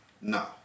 No